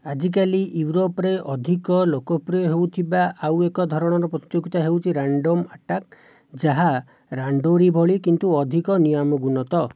ଆଜିକାଲି ୟୁରୋପରେ ଅଧିକ ଲୋକପ୍ରିୟ ହେଉଥିବା ଆଉ ଏକ ଧରଣର ପ୍ରତିଯୋଗିତା ହେଉଛି ରାଣ୍ଡମ୍ ଆଟାକ୍ ଯାହା ରାଣ୍ଡୋରୀ ଭଳି କିନ୍ତୁ ଅଧିକ ନିୟମାନୁଗତ